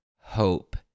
hope